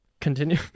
Continue